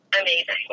amazing